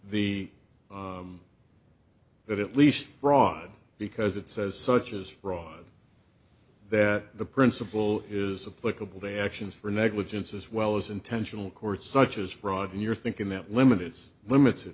that at least fraud because it says such as fraud that the principle is a political they actions for negligence as well as intentional courts such as fraud in your thinking that limits the limits